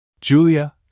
Julia